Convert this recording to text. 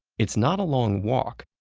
it's not a long walk,